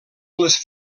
les